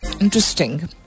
Interesting